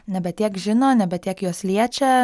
nebe tiek žino nebe tiek juos liečia